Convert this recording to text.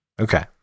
Okay